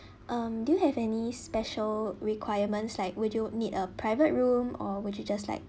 um do you have any special requirements like would you need a private room or would you just like